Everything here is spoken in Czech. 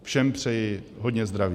Všem přeji hodně zdraví.